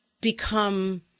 become